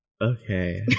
Okay